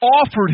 offered